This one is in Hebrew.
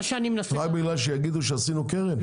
רק כדי שיגידו שעשינו קרן?